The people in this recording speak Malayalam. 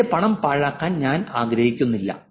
എന്റെ പണം പാഴാക്കാൻ ഞാൻ ആഗ്രഹിക്കുന്നില്ല